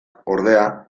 ordea